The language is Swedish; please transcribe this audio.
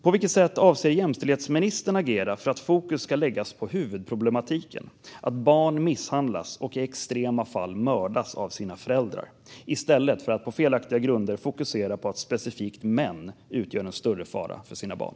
På vilket sätt avser jämställdhetsministern att agera för att fokus ska läggas på huvudproblematiken, att barn misshandlas och i extrema fall mördas av sina föräldrar, i stället för att på felaktiga grunder fokusera på att specifikt män utgör en större fara för sina barn?